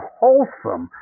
wholesome